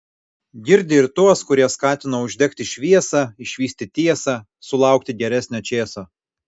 girdi ir tuos kurie skatino uždegti šviesą išvysti tiesą sulaukti geresnio čėso